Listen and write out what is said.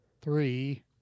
three